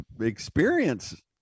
experience